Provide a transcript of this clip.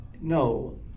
no